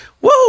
Woo